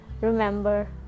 Remember